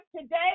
today